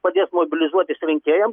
padėt mobilizuotis rinkėjam